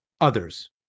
others